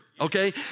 okay